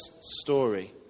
story